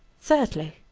thirdly,